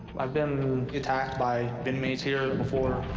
i've been attacked by inmates here before.